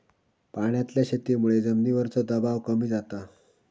पाण्यातल्या शेतीमुळे जमिनीवरचो दबाव कमी जाता